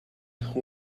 who